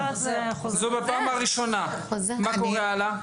מה קורה הלאה?